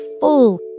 full